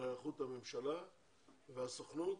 להיערכות הממשלה והסוכנות